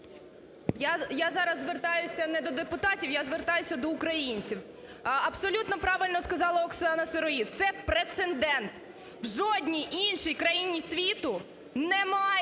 Я зараз звертаюся не до депутатів, я звертаюся до українців. Абсолютно правильно сказала Оксана Сироїд – це прецедент, в жодній іншій країні світу немає